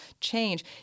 change